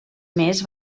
més